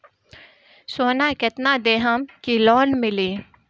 सोना कितना देहम की लोन मिली?